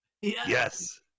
Yes